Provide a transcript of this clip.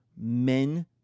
men